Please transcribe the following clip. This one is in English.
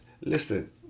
listen